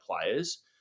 players